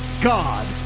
God